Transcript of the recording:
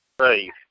safe